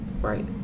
Right